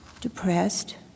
depressed